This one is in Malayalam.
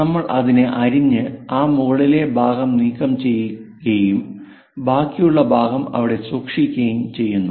നമ്മൾ അതിനെ അരിഞ്ഞ് ആ മുകളിലെ ഭാഗം നീക്കം ചെയ്യുകയും ബാക്കിയുള്ള ഭാഗം അവിടെ സൂക്ഷിക്കുകയും ചെയ്യുന്നു